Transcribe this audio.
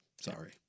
Sorry